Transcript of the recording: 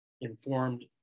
informed